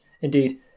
indeed